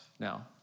Now